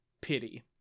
pity